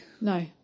No